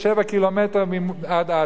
7 ק"מ עד עזה,